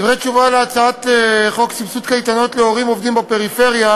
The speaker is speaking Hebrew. דברי תשובה על הצעת חוק סבסוד קייטנות להורים עובדים בפריפריה,